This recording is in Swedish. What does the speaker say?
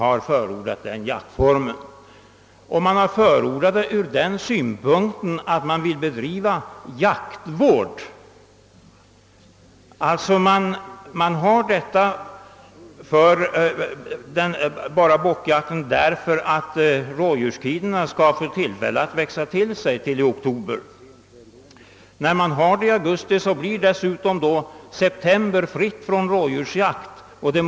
Beredningen har förordat denna jaktform ur den synpunkten att man vill bedriva jaktvård. Man tillåter bockjakten bara för att rådjurskiden skall få tillfälle att växa till sig i oktober. När bockjakten bedrivs i augusti blir dessutom september månad fri från rådjursjakt.